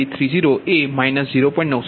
056 છે અને ∆P30 એ 0